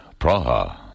Praha